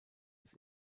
des